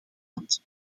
kant